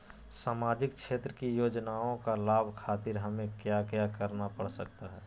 सामाजिक क्षेत्र की योजनाओं का लाभ खातिर हमें क्या क्या करना पड़ सकता है?